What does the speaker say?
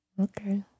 Okay